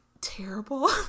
terrible